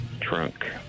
trunk